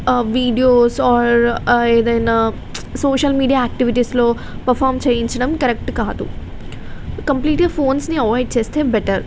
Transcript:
videos or ఏదైనా social media యాక్టివిటీస్లో perform చేయించడం కరెక్ట్ కాదు కంప్లీట్గా ఫోన్స్ని అవాయిడ్ చేస్తే బెటర్